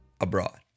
Abroad